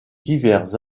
divers